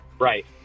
Right